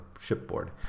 shipboard